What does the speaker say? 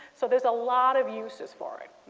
so there's a lot of uses for it.